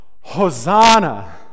Hosanna